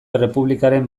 errepublikaren